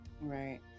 right